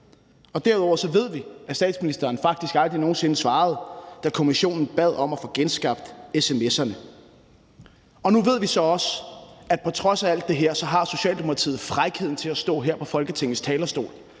og derudover ved vi, at statsministeren faktisk aldrig nogen sinde svarede, da kommissionen bad om at få genskabt sms'erne. Og nu ved vi så også, at på trods af alt det her har Socialdemokratiet frækheden til at stå her på Folketingets talerstol